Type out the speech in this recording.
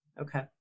Okay